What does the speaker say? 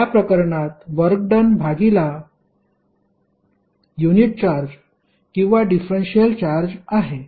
या प्रकरणात work done भागिला युनिट चार्ज किंवा डिफरेन्शिएल चार्ज आहे